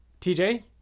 TJ